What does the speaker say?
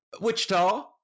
Wichita